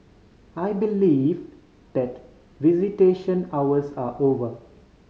I believe that visitation hours are over